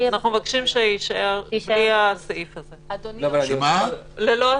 אנחנו מבקשים שזה יישאר בלי הסעיף הזה, ללא הסעיף.